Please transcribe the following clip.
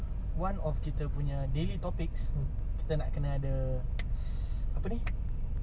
one of kita punya daily topics kita nak kena ada apa ni